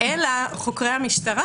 אלא חוקרי המשטרה.